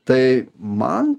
tai man